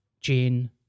Jane